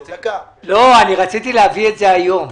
אני רציתי להביא את זה היום.